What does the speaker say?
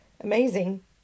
amazing